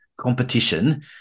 competition